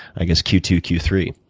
i guess, q two, q three.